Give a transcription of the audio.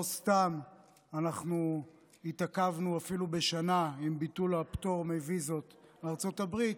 לא סתם אנחנו התעכבנו אפילו בשנה עם ביטול הפטור מוויזות לארצות הברית,